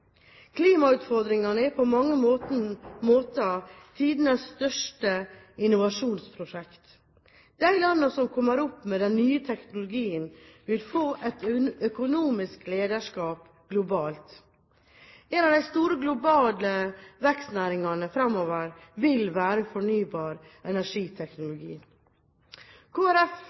Klimautfordringene er på mange måter tidenes største innovasjonsprosjekt. De landene som kommer opp med den nye teknologien, vil få et økonomisk lederskap globalt. En av de store globale vekstnæringene fremover vil være fornybar energiteknologi.